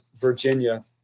Virginia